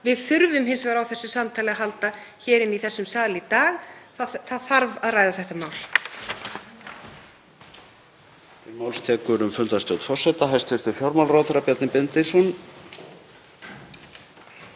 Við þurfum hins vegar á þessu samtali að halda hér í þessum sal í dag. Það þarf að ræða þetta mál.